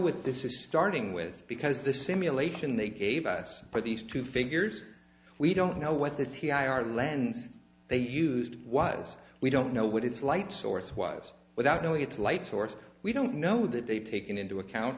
what this is starting with because the simulation they gave us for these two figures we don't know what the t i are lens they used was we don't know what its light source was without knowing its light source we don't know that they've taken into account